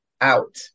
out